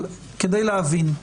אבל כדי להבין: